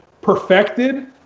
perfected